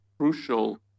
crucial